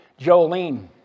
Jolene